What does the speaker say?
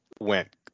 went